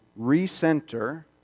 recenter